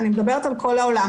אני מדברת על כל העולם.